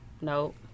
Nope